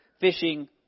fishing